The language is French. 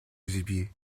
gibier